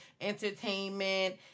entertainment